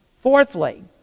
Fourthly